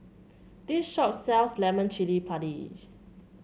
this shop sells Lemak Cili Padi